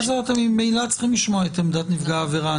הזאת אתם ממילא צריכים לשמוע את עמדת נפגע העבירה.